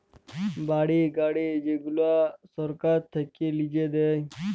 বাড়ি, গাড়ি যেগুলা সরকার থাক্যে লিজে দেয়